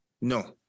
No